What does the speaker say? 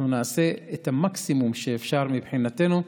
אנחנו נעשה את המקסימום שאפשר מבחינתנו,